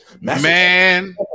Man